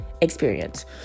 experience